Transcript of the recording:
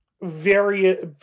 various